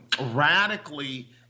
radically